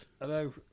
Hello